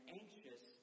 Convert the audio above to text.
anxious